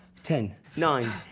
ten, nine,